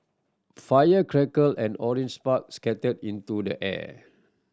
fire crackled and orange sparks scattered into the air